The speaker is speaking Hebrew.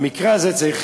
במקרה הזה צריך